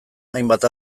hainbat